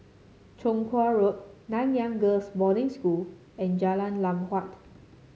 Chong Kuo Road Nanyang Girls' Boarding School and Jalan Lam Huat